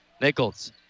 Nichols